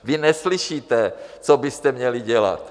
Vy neslyšíte, co byste měli dělat.